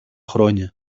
χρόνια